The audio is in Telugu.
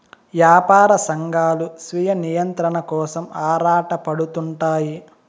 యాపార సంఘాలు స్వీయ నియంత్రణ కోసం ఆరాటపడుతుంటారు